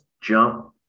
jump